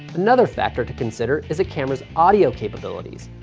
another factor to consider is a camera's audio capabilities.